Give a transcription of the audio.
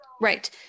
Right